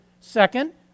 Second